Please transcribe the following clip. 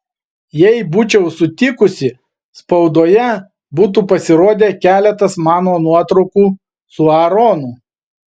jei būčiau sutikusi spaudoje būtų pasirodę keletas mano nuotraukų su aaronu